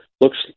looks